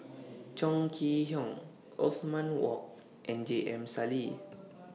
Chong Kee Hiong Othman Wok and J M Sali